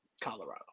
colorado